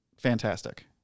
fantastic